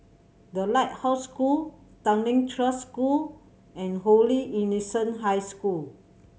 The Lighthouse School Tanglin Trust School and Holy Innocents' High School